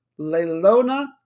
Leilona